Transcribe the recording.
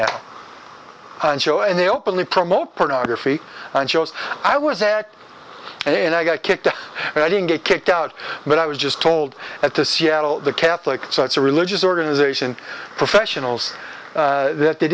show and they openly promote pornography and shows i was there and i got kicked out and i didn't get kicked out but i was just told at the seattle the catholic so it's a religious organization professionals that they